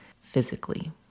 physically